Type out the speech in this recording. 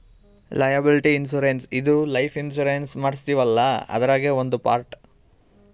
liability insurance ಇದು life insurance ಮಾಡಸ್ತೀವಲ್ಲ ಅದ್ರಾಗೇ ಒಂದ್ ಪಾರ್ಟ್